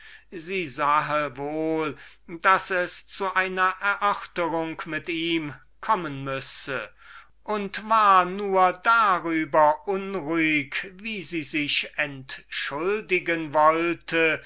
sie sah wohl daß es zu einer erörterung mit ihm kommen müsse und war nur darüber unruhig wie sie sich entschuldigen wollte